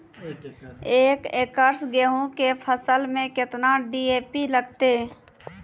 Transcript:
एक एकरऽ गेहूँ के फसल मे केतना डी.ए.पी लगतै?